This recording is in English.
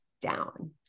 down